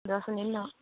দহ মিনিট ন